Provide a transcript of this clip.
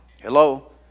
Hello